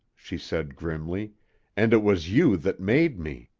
she said grimly and it was you that made me.